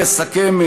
אני אסכם,